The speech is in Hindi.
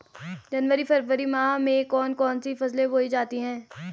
जनवरी फरवरी माह में कौन कौन सी फसलें बोई जाती हैं?